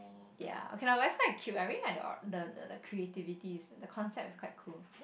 ya okay lah but is quite cute I really like the the creativities the concept is quite cool